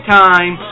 time